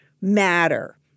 matter